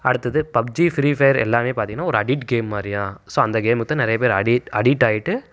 அடுத்தது PUBG free fire எல்லாமே பார்த்திங்கனா ஒரு அடிக்ட் கேம் மாதிரிதான் ஸோ அந்த கேமுக்கு தான் நிறைய பேர் அடிட் அடிக்ட் ஆயிட்டு